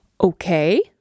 Okay